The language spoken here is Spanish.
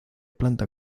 planta